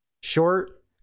Short